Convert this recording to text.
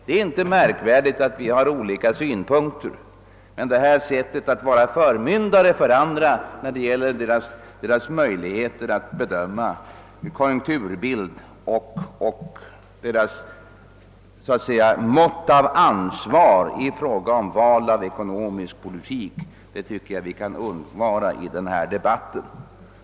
Det är inte märkvärdigt att det anläggs olika synpunkter, men sättet att vilja göra sig till förmyndare för andra när det gäller att bedöma konjunkturbilden och måttet av ansvar vid val av ekonomisk politik tycker jag att vi kan undvara i den här debatten.